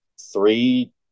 three